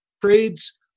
trades